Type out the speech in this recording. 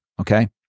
Okay